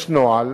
יש נוהל.